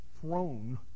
throne